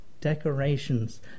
Decorations